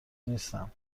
نیستم